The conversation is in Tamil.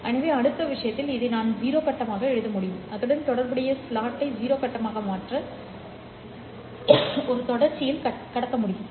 எனவே அடுத்த விஷயத்தில் இதை நான் 0 கட்டமாக எழுத முடியும் அதனுடன் தொடர்புடைய ஸ்லாட்டை 0 கட்ட மாற்றமாக ஒரு தொடர்ச்சியில் கடத்த முடியும்